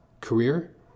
career